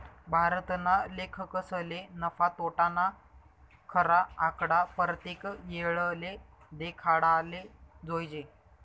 भारतना लेखकसले नफा, तोटाना खरा आकडा परतेक येळले देखाडाले जोयजे